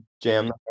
jam